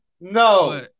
no